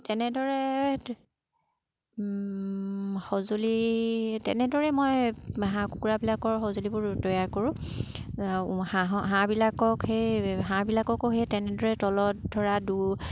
তেনেদৰে সঁজুলি তেনেদৰে মই হাঁহ কুকুৰাবিলাকৰ সঁজুলিবোৰ তৈয়াৰ কৰোঁ হাঁহৰ হাঁহবিলাকক সেই হাঁহবিলাককো সেই তেনেদৰে তলত ধৰা দুই